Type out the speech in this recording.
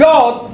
God